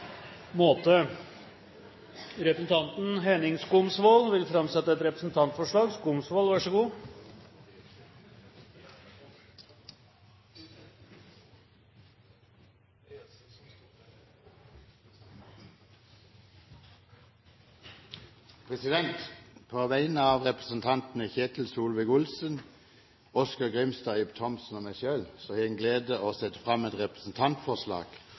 Representanten Henning Skumsvoll vil framsette et representantforslag. På vegne av representantene Ketil Solvik-Olsen, Oskar J. Grimstad, Ib Thomsen og meg selv har jeg den glede å sette fram et representantforslag